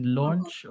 launch